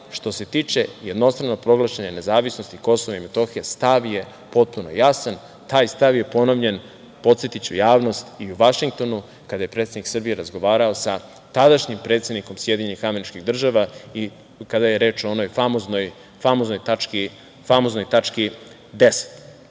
što se tiče jednostranog proglašenje nezavisnosti KiM, stav je potpuno jasan. Taj stav je ponovljen, podsetiću javnost i u Vašingtonu kada je predsednik Srbije razgovarao sa tadašnjim predsednikom SAD i kada je reč o onoj famoznoj tački